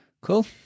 Cool